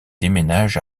déménage